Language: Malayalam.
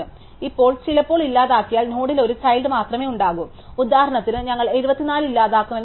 ഇപ്പോൾ ചിലപ്പോൾ ഇല്ലാതാക്കിയ നോഡിൽ ഒരു ചൈൽഡ് മാത്രമേ ഉണ്ടാകൂ ഉദാഹരണത്തിന് ഞങ്ങൾ 74 ഇല്ലാതാക്കുമെന്ന് കരുതുക